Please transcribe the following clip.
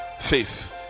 faith